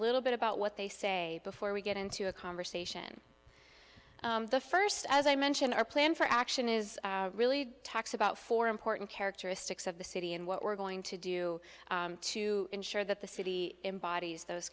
little bit about what they say before we get into a conversation the first as i mentioned our plan for action is really talks about four important characteristics of the city and what we're going to do to ensure that the city embodies those